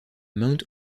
mount